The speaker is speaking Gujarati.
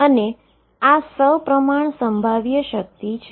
અને આ સપ્રમાણ પોટેંશિઅલ છે